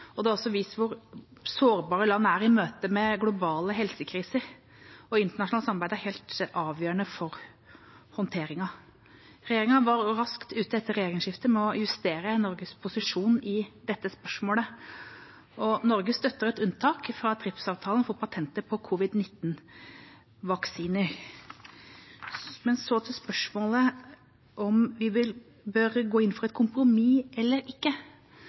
konsekvenser. Det har også vist hvor sårbare land er i møte med globale helsekriser, og internasjonalt samarbeid er helt avgjørende for håndteringen. Regjeringa var raskt ute etter regjeringsskiftet med å justere Norges posisjon i dette spørsmålet, og Norge støtter et unntak fra TRIPS-avtalen for patenter på covid-19-vaksiner. Så til spørsmålet om vi bør gå inn for et kompromiss eller ikke.